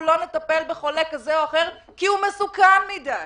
אנחנו לא נטפל בחולה כזה או אחר כי הוא מסוכן מדי.